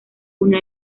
uno